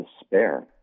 despair